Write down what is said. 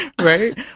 Right